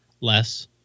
less